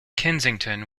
kensington